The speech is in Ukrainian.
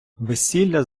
весілля